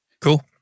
Cool